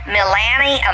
Milani